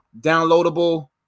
downloadable